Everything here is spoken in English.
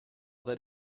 that